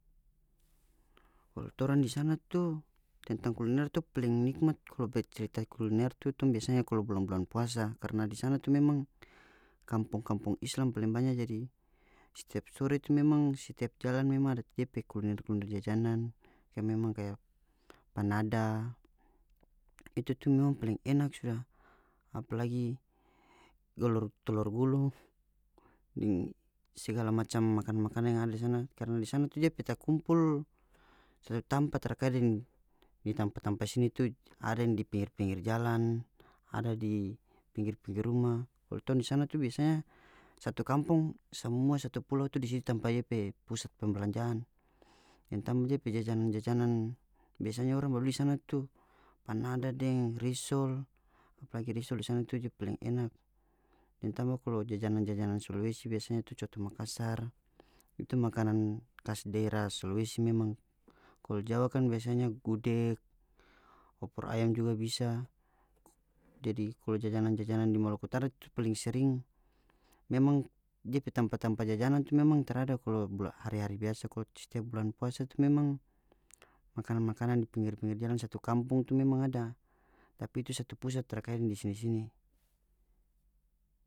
Kalu torang di sana tu tentang kuliner tu paling nikmat kalu bacerita kuliner tu tong biasanya kalu bulan-bulan puasa karna di sana tu memang kampong-kampong islam paling banya jadi setiap sore tu memang setiap jalan memang ada dia pe kuliner-kuliner jajanan kaya memang kaya panada itu tu memang paling enak suda apalagi tolor gulung deng segala macam makanan-makanan yang ada di sana karna di sana tu dia pe takumpul satu tampa tara kaya deng di tampa-tampa sini tu ada yang di pinggir-pinggir jalan ada di pinggir-pinggir ruma kalu tong di sana tu biasanya satu kampong samua satu pulo tu di situ tampa dia pe pusat pembelanjaan deng tamba dia pe jajanan-jajanan biasanya orang ba bali di sana tu panada deng risol apalagi risol di sana tu dia paling enak deng tamba kalu jajanan-jajanan sulawesi biasanya tu coto makassar itu makanan kas daerah sulawesi memang kalu jawa kan biasanya gudeg opor ayam juga bisa jadi kalu jajanan-jananan di maluku utara tu paling sering memang dia pe tampa-tampa jajanan tu memang tarada kalu hari-hari biasa kalu setiap bulan puasa tu memang makanan-makanan di pnggir-pinggir jalan satu kampung tu memang ada tapi itu satu pusat tara kaya deng di sini-sini.